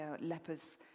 lepers